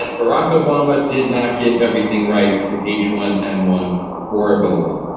like barack obama did not get everything right with each one and one or ebola,